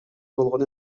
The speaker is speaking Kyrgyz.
болгон